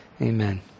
Amen